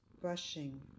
brushing